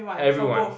everyone